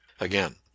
Again